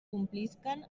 complisquen